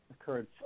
occurred